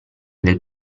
del